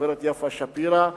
הגברת יפה שפירא,